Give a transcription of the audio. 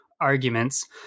arguments